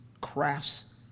crafts